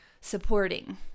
supporting